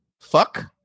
Fuck